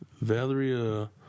Valeria